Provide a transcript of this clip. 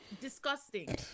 disgusting